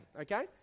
okay